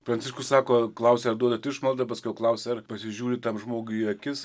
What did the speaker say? pranciškus sako klausia ar duodat išmaldą paskiau klausia ar pasižiūri tam žmogui į akis